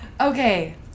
Okay